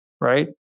right